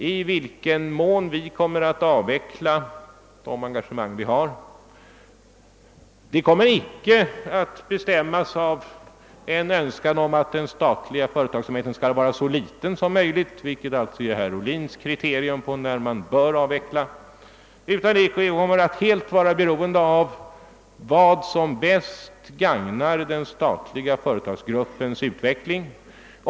I vilken mån vi kommer att avveckla de engagemang vi har kommer icke att bestämmas av en önskan om att den statliga företagsamheten skall vara så liten som möjligt, vilket alltså är herr Ohlins kriterium, utan det kommer mer att vara beroende av vad som bäst gagnar den statliga företagsgruppens utveckling.